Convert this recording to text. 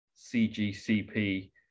CGCP